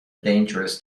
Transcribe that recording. dangerous